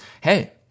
hey